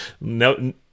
no